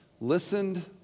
listened